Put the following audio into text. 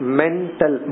mental